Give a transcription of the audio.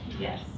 Yes